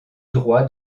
droit